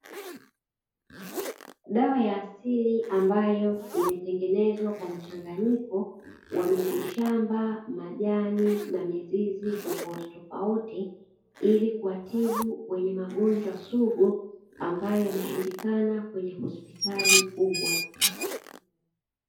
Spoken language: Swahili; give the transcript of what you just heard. Dawa ya asili mbayo imetengenezwa kwa mchanganyiko wa miti shamba, majani na mizizi tofautitofauti; ili kuwatibu wenye magonjwa sugu ambayo yameshindikana kwenye hospitali kubwa.